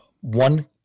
one